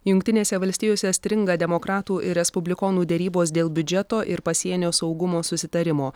jungtinėse valstijose stringa demokratų ir respublikonų derybos dėl biudžeto ir pasienio saugumo susitarimo